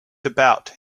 about